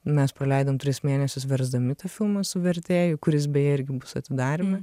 mes praleidom tris mėnesius versdami tą filmą su vertėju kuris beje irgi bus atidarymui